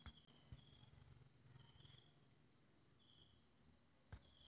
By ಮಿಸ್ಟೇಕಾಗಿ ನನ್ನ account ನಿಂದ ಬೇರೆಯವರ ಅಕೌಂಟ್ ಗೆ ಹಣ ಹೋಗಿದೆ ಅದನ್ನು ವಾಪಸ್ ಪಡಿಲಿಕ್ಕೆ ಎಂತ ಮಾಡಬೇಕು?